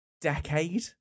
Decade